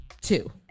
Two